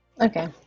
Okay